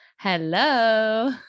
Hello